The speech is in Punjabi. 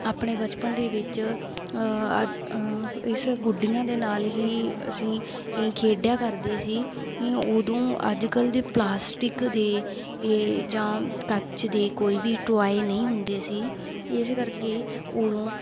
ਆਪਣੇ ਬਚਪਨ ਦੇ ਵਿੱਚ ਇਸ ਗੁੱਡੀਆਂ ਦੇ ਨਾਲ ਹੀ ਅਸੀਂ ਖੇਡਿਆ ਕਰਦੇ ਸੀ ਉਦੋਂ ਅੱਜ ਕੱਲ੍ਹ ਦੇ ਪਲਾਸਟਿਕ ਦੇ ਜਾਂ ਕੱਚ ਦੇ ਕੋਈ ਵੀ ਟੋਆਏ ਨਹੀਂ ਹੁੰਦੇ ਸੀ ਇਸ ਕਰਕੇ ਉਦੋਂ